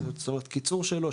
זאת אומרת קיצור שלו,